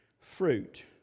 fruit